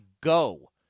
Go